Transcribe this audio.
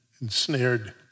ensnared